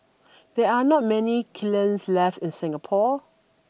there are not many kilns left in Singapore